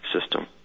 system